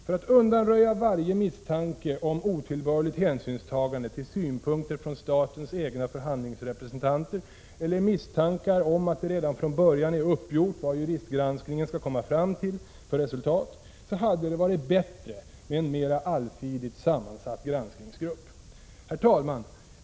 För att undanröja varje misstanke om otillbörligt hänsynstagande till synpunkter från statens egna förhandlingsrepresentanter eller misstankar om att det redan från början är uppgjort vad juristgranskningen skall komma fram till för resultat hade det varit bättre med en mera allsidigt sammansatt granskningsgrupp. Herr talman!